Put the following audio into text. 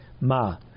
ma